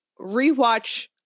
rewatch